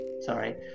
Sorry